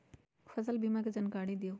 फसल बीमा के जानकारी दिअऊ?